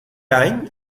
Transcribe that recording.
any